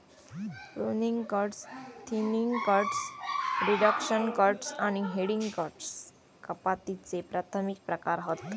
pruning cuts, thinning cuts, reduction cuts आणि heading cuts कपातीचे प्राथमिक प्रकार हत